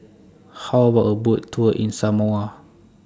How about A Boat Tour in Samoa